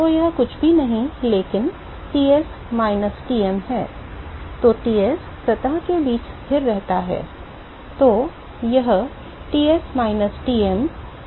तो यह कुछ भी नहीं लेकिन T s minus T m है T s सतह के बीच स्थिर रहता है